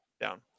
down